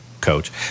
coach